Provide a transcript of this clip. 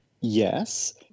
Yes